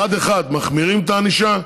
מצד אחד מחמירים את הענישה,